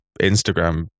Instagram